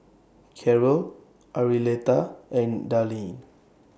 Karol Arletta and Darlene